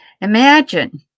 imagine